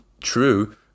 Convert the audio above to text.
True